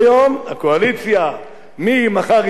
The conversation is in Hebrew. מי מחר יפעל שהדבר הזה יקרה?